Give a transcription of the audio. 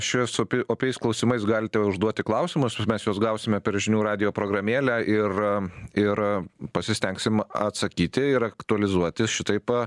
šiuos opi opiais klausimais galite užduoti klausimus mes juos gausime per žinių radijo programėlę ir ir pasistengsim atsakyti ir aktualizuoti šitaip